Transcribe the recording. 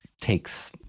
takes